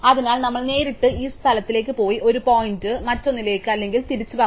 അതിനാൽ നമ്മൾ നേരിട്ട് ആ സ്ഥലത്തേക്ക് പോയി ഒരു പോയിന്റ് മറ്റൊന്നിലേക്ക് അല്ലെങ്കിൽ തിരിച്ചും പറയണം